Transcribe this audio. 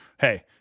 Hey